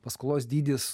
paskolos dydis